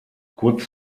kurz